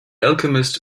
alchemist